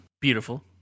beautiful